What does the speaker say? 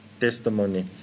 testimony